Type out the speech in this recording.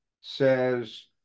says